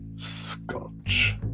scotch